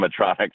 animatronics